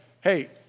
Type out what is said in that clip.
hey